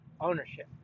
ownership